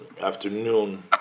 afternoon